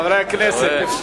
חברי הכנסת,